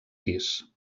pis